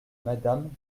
madame